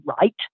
right